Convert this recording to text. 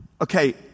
Okay